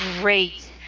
great